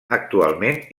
actualment